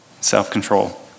self-control